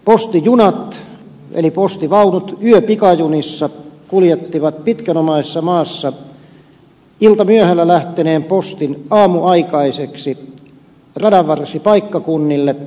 postijunat eli postivaunut yöpikajunissa kuljettivat pitkänomaisessa maassa iltamyöhällä lähteneen postin aamuaikaiseksi radanvarsipaikkakunnille